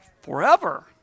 Forever